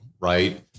right